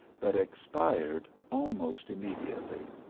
but expired almost immediately.